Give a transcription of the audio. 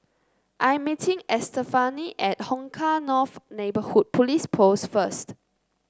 I'm meeting Estefany at Hong Kah North Neighbourhood Police Post first